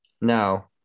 No